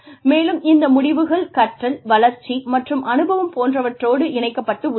மேலும் இந்த முடிவுகள் கற்றல் வளர்ச்சி மற்றும் அனுபவம் போன்றவற்றோடு இணைக்கப்பட்டுள்ளன